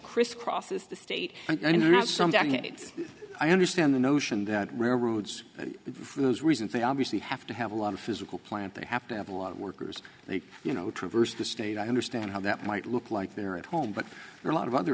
it's i understand the notion that railroads and for those reasons they obviously have to have a lot of physical plant they have to have a lot of workers they you know traverse the state i understand how that might look like they're at home but there are a lot of other